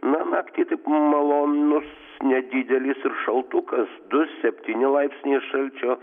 na naktį taip malonus nedidelis šaltukas du septyni laipsniai šalčio